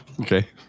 Okay